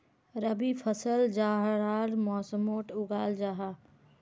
रबी फसल जाड़ार मौसमोट उगाल जाहा